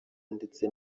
ndetse